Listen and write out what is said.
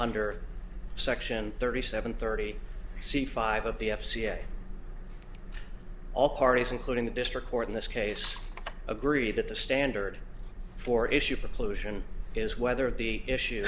under section thirty seven thirty c five of the f c a all parties including the district court in this case agree that the standard for issue pollution is whether the issue